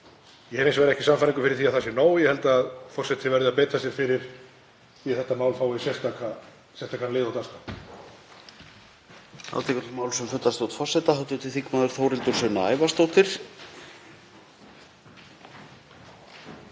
Ég hef hins vegar ekki sannfæringu fyrir því að það sé nóg. Ég held að forseti verði að beita sér fyrir því að þetta mál fái sérstakan lið á dagskrá.